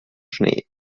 schnee